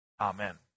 Amen